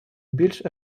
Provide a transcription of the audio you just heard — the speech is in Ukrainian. більш